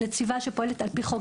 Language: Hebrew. נציבה שפועלת על פי חוק,